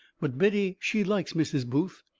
but biddy, she likes mrs. booth,